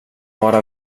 vara